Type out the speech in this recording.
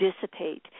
dissipate